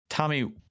Tommy